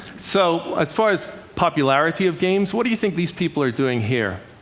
so as far as popularity of games, what do you think these people are doing here?